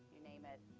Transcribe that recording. you name it,